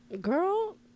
girl